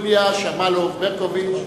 והיא תועבר לוועדת החוקה,